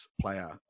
player